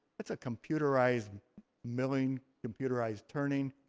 it's a computerized milling, computerized turning.